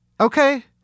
Okay